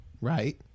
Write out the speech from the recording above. right